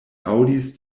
aŭdis